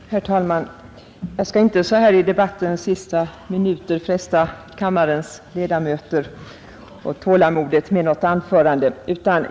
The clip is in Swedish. Herr talman! Jag skall inte så här i debattens sista minuter fresta kammarens ledamöter och deras tålamod med något långt anförande.